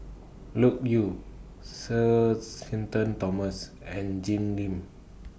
Loke Yew Sir Shenton Thomas and Jim Lim